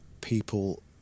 people